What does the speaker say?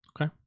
Okay